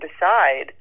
decide